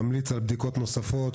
ממליץ על בדיקות נוספות,